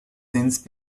since